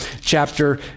chapter